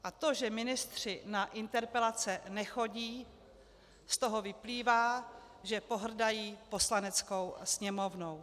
A to, že ministři na interpelace nechodí, z toho vyplývá, že pohrdají Poslaneckou sněmovnou.